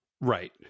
Right